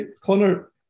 Connor